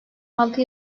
altı